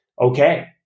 okay